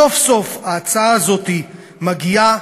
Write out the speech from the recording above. סוף-סוף ההצעה הזאת מגיעה,